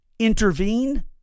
intervene